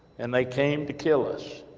and they came to kill us,